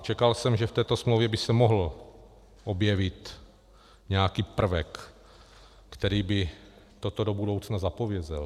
Čekal jsem, že v této smlouvě by se mohl objevit nějaký prvek, který by toto do budoucna zapovídal.